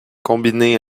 combinées